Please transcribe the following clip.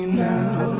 now